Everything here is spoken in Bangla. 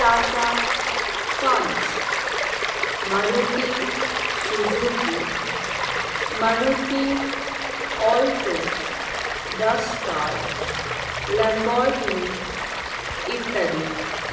tata Punch Maruti Suzuki Maruti Alto Duster Lamborghini ইত্যাদি